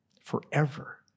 forever